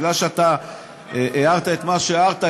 כי אתה הערת את מה שהערת,